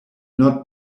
not